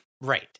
Right